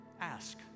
Ask